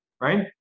right